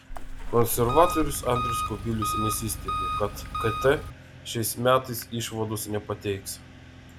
konservatorius andrius kubilius nesistebi kad kt šiais metais išvados nepateiks